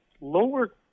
lower